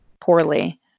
poorly